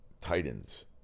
Titans